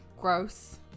gross